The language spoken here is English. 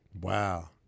Wow